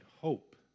hope